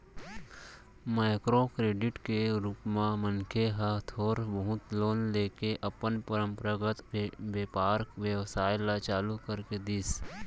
micro credit के रुप म मनखे ह थोर बहुत लोन लेके अपन पंरपरागत बेपार बेवसाय ल चालू कर दिस